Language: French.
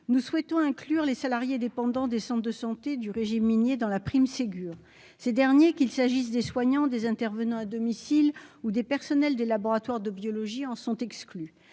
nous souhaitons inclure les salariés dépendant des Centres de santé du régime minier dans la prime Ségur ces derniers qu'il s'agisse des soignants, des intervenants à domicile ou des personnels des laboratoires de biologie en sont exclus,